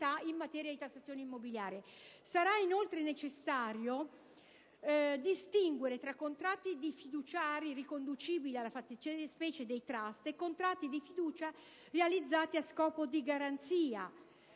in materia di tassazione immobiliare. Sarà inoltre necessario distinguere tra contratti di fiduciari riconducibili alla fattispecie del *trust* e contratti di fiducia realizzati a scopo di garanzia,